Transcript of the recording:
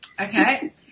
Okay